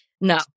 no